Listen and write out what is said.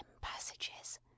passages